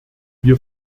wir